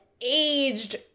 aged